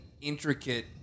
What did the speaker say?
intricate